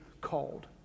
called